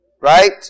Right